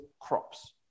crops